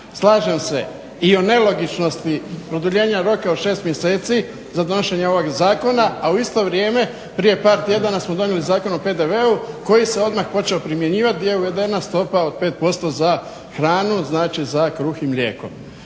slažem se i o nelogičnosti produljenja roka od 6 mjeseci za donošenje ovog zakona, a u isto vrijeme prije par tjedana smo donijeli zakon o PDV-u koji se odmah počeo primjenjivati gdje je uvedena stopa od 5% za hranu, znači za kruh i mlijeko.